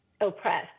oppressed